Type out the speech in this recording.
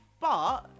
but-